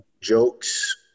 jokes